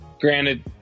Granted